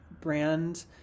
brand